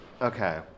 okay